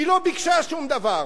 היא לא ביקשה שום דבר.